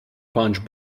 punch